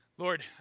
Lord